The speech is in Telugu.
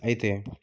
అయితే